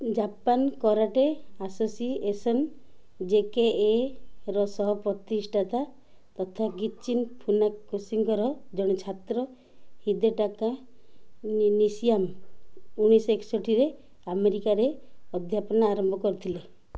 Japan karate association ଜେକେଏର ସହପ୍ରତିଷ୍ଠାତା ତଥା ଗିଚିନ୍ ଫୁନାକୋଶିଙ୍କର ଜଣେ ଛାତ୍ର ହିଦେଟାକା ନି ନିସିୟାମା ଉଣେଇଶଶହ ଏକଷଠିରେ ଆମେରିକାରେ ଅଧ୍ୟାପନା ଆରମ୍ଭ କରିଥିଲେ